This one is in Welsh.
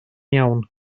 iawn